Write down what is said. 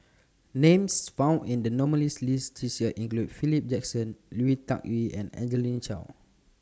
Names found in The nominees' list This Year include Philip Jackson Lui Tuck Yew and Angelina Choy